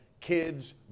kids